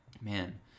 Man